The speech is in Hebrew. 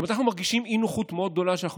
אנחנו מרגישים אי-נוחות מאוד גדולה כשאנחנו